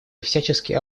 всячески